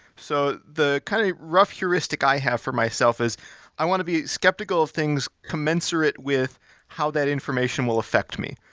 so the kind of rough heuristic i have for myself is i want to be skeptical of things commensurate with how that information will affect me.